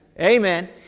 Amen